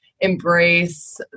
embrace